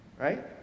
right